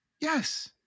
Yes